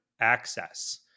access